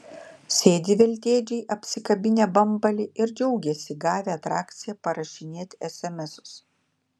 sėdi veltėdžiai apsikabinę bambalį ir džiaugiasi gavę atrakciją parašinėt esemesus